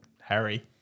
Harry